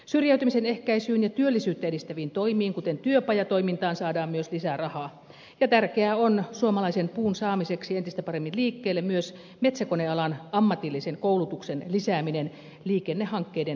syrjäytymisen ehkäisyyn ja työllisyyttä edistäviin toimiin kuten työpajatoimintaan saadaan myös lisää rahaa ja tärkeää on suomalaisen puun saamiseksi entistä paremmin liikkeelle myös metsäkonealan ammatillisen koulutuksen lisääminen liikennehankkeiden lisäksi